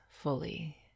fully